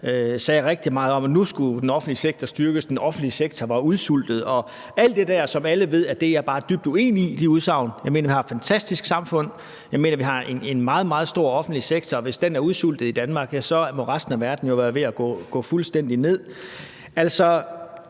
sagde rigtig meget om, at nu skulle den offentlige sektor styrkes, at den offentlige sektor var udsultet og alle de der udsagn, som alle ved jeg er dybt uenig i. Jeg mener, vi har et fantastisk samfund, jeg mener, vi har en meget, meget stor offentlig sektor, og hvis den er udsultet i Danmark, må resten af verden jo være ved at gå fuldstændig ned. Jeg